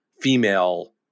female